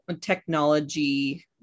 technology